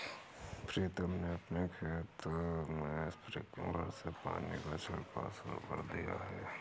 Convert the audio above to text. प्रीतम ने अपने खेत में स्प्रिंकलर से पानी का छिड़काव शुरू कर दिया है